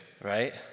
right